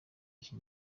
iki